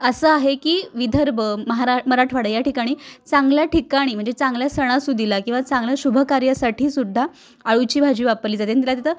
असं आहे की विदर्भ महारा मराठवाडा या ठिकाणी चांगल्या ठिकाणी म्हणजे चांगल्या सणासुदीला किंवा चांगल्या शुभकार्यासाठीसुद्धा अळूची भाजी वापरली जाते आणि तिला तिथं